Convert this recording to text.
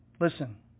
Listen